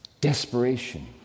desperation